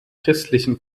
christlichen